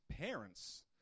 parents